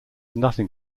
nothing